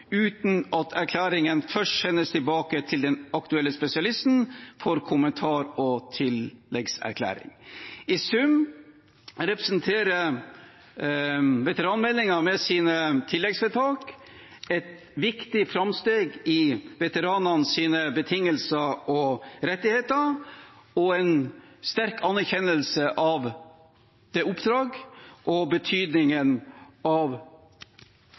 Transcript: uten at erklæringen først sendes tilbake til den aktuelle spesialisten for kommentar eller tilleggserklæring. I sum representerer veteranmeldingen med sine tilleggsvedtak et viktig framskritt i veteranenes betingelser og rettigheter, og en sterk anerkjennelse av det oppdraget og betydningen av